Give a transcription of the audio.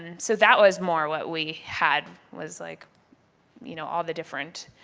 and so that was more what we had was like you know all the different,